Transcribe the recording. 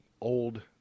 old